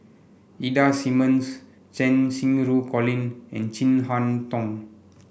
Ida Simmons Cheng Xinru Colin and Chin Harn Tong